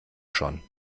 schon